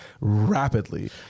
rapidly